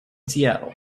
seattle